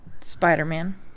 Spider-Man